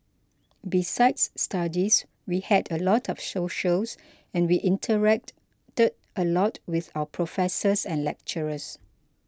besides studies we had a lot of socials and we interacted a lot with our professors and lecturers